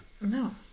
No